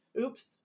oops